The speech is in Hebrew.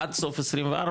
עד סוף 24,